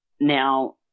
now